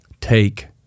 Take